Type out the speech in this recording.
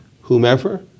whomever